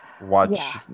watch